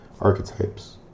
archetypes